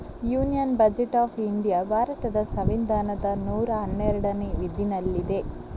union budget of India ಭಾರತದ ಸಂವಿಧಾನದ ನೂರಾ ಹನ್ನೆರಡನೇ ವಿಧಿನಲ್ಲಿದೆ